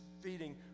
feeding